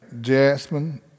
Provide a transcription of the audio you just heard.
Jasmine